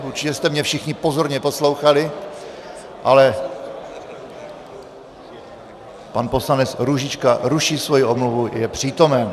Určitě jste mě všichni pozorně poslouchali, ale pan poslanec Růžička ruší svoji omluvu, je přítomen.